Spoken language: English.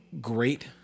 great